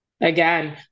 Again